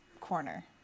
corner